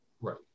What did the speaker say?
Right